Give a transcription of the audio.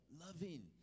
loving